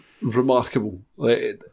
remarkable